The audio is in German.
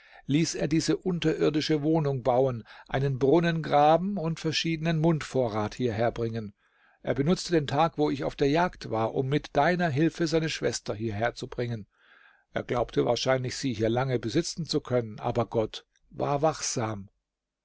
ließ er diese unterirdische wohnung bauen einen brunnen graben und verschiedenen mundvorrat hierherbringen er benutzte den tag wo ich auf der jagd war um mit deiner hilfe seine schwester hierherzubringen er glaubte wahrscheinlich sie hier lange besitzen zu können aber gott war wachsam